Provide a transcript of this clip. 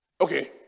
okay